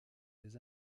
les